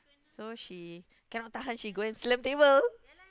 so she cannot tahan she go and slam table